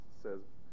says